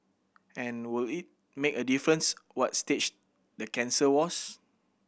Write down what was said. and would it make a difference what stage the cancer was